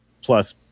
plus